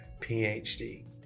PhD